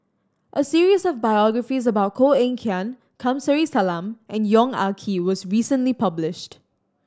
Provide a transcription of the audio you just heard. a series of biographies about Koh Eng Kian Kamsari Salam and Yong Ah Kee was recently published